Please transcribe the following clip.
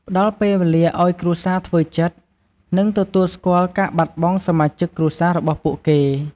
ផ្តល់ពេលវេលាឱ្យគ្រួសារធ្វើចិត្ត និងទទួលស្គាល់ការបាត់បង់សមាជិកគ្រួសាររបស់ពួកគេ។